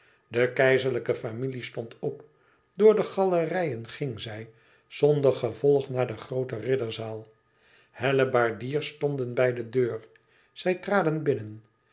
de keizerlijke familie stond op door de galerijen ging zij zonder gevolg naar de groote ridderzaal hellebaardiers stonden bij de deur zij traden binnen